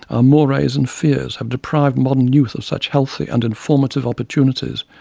ah mores and fears, have deprived modern youth of such healthy and informative opportunities,